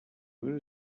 moon